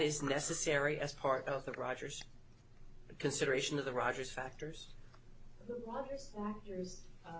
is necessary as part of that rogers consideration of the rogers factors